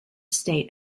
state